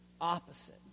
opposite